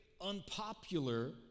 unpopular